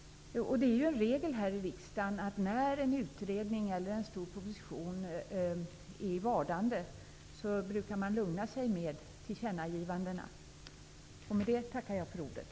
Det är ju regel i riksdagen att när en utredning eller en stor proposition är i vardande brukar man hålla sig lugn med tillkännavgivanden.